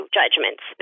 judgments